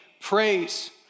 praise